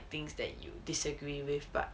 things that you disagree with but